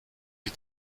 die